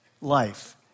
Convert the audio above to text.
life